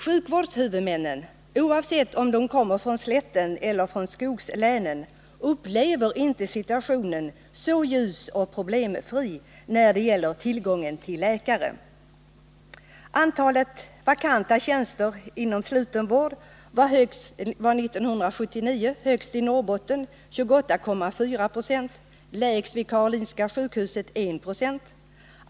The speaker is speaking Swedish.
Sjukvårdshuvudmännen, oavsett om de kommer från slätten eller från skogslänen, upplever inte situationen när det gäller tillgången på läkare så ljus och problemfri. Antalet vakanta tjänster inom sluten vård var 1979 högst i Norrbotten med 28,4 96 och lägst vid Karolinska sjukhuset, som hade 1 96.